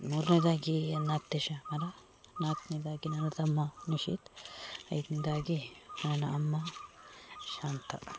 ಮೂರನೇದಾಗಿ ನನ್ನಅತ್ತೆ ಶ್ಯಾಮಲ ನಾಲ್ಕನೇದಾಗಿ ನನ್ನ ತಮ್ಮ ನಿಶೀತ್ ಐದನೇದಾಗಿ ನನ್ನ ಅಮ್ಮ ಶಾಂತ